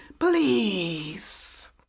Please